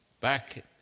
back